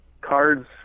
cards